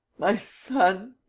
my son.